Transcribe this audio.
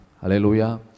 Hallelujah